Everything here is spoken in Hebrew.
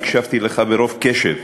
הקשבתי לך ברוב קשב,